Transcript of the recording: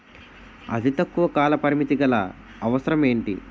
అతి తక్కువ కాల పరిమితి గల అవసరం ఏంటి